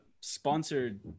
sponsored